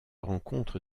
rencontre